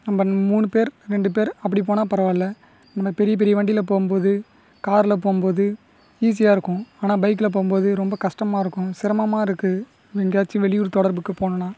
நம்ம மூணு பேர் ரெண்டு பேர் அப்படி போனால் பரவாயில்லை நம்ம பெரிய பெரிய வண்டியில் போகும்போது காரில் போகும்போது ஈஸியாக இருக்கும் ஆனால் பைக்கில் போகும்போது ரொம்ப கஷ்டமா இருக்கும் சிரமமாக இருக்குது எங்கேயாச்சும் வெளியூர் தொடர்புக்கு போகணும்னா